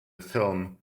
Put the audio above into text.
film